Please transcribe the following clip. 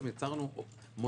שיצרנו פה,